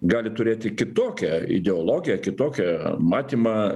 gali turėti kitokią ideologiją kitokią matymą